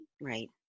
Right